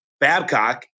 Babcock